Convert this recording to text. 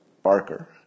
Barker